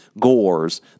Gores